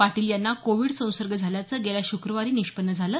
पाटील यांना कोविड संसर्ग झाल्याचं गेल्या श्क्रवारी निष्पन्न झालं